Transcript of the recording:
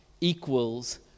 equals